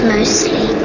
Mostly